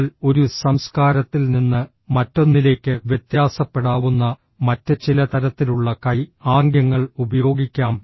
എന്നാൽ ഒരു സംസ്കാരത്തിൽ നിന്ന് മറ്റൊന്നിലേക്ക് വ്യത്യാസപ്പെടാവുന്ന മറ്റ് ചില തരത്തിലുള്ള കൈ ആംഗ്യങ്ങൾ ഉപയോഗിക്കാം